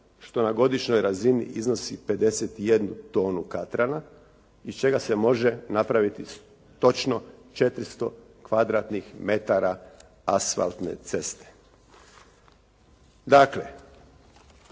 što na godišnjoj razini iznosi 51 tonu katrana iz čega se može napraviti točno 400 kvadratnih metara asfaltne ceste.